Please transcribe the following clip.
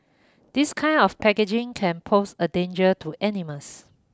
this kind of packaging can pose a danger to animals